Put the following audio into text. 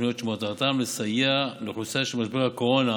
תוכניות שמטרתן לסייע לאוכלוסייה שמשבר הקורונה